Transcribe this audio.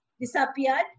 disappeared